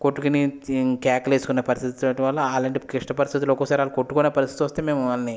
కొట్టుకుని కేకలేసుకునే పరిస్థితులు రావటం వల్ల వాళ్ళకి క్లిష్ట పరిస్తుల్లో ఒక్కోసారి ఒక్కోసారి వాళ్ళు కొట్టుకునే పరిస్థితి వస్తే మేము వాళ్ళని